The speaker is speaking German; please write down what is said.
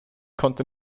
konnte